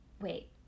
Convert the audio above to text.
wait